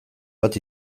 bat